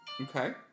Okay